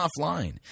offline